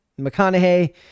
McConaughey